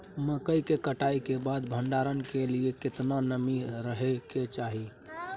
मकई के कटाई के बाद भंडारन के लिए केतना नमी रहै के चाही?